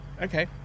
okay